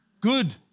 Good